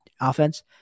offense